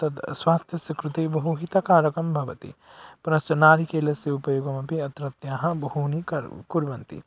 तद् स्वास्थ्यस्य कृते बहु हितकारकं भवति पुनश्च नारिकेलस्य उपयोगमपि अत्रत्य बहूनि कर् कुर्वन्ति